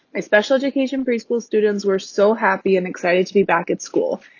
my special education preschool students were so happy and excited to be back at school.